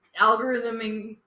algorithming